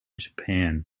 japan